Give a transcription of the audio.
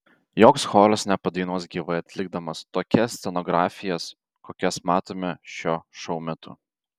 joks choras nepadainuos gyvai atlikdamas tokias scenografijas kokias matome šio šou metu